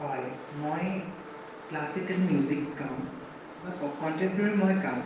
হয় মই classical music গাওঁ বা ক কণ্টেম্পৰেৰি মই গাওঁ